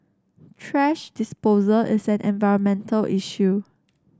thrash disposal is an environmental issue